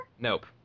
Nope